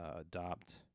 adopt